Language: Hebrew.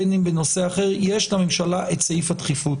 בין אם בנושא אחר - יש לממשלה את סעיף הדחיפות.